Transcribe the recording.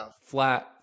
flat